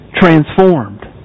transformed